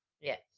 Yes